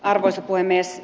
arvoisa puhemies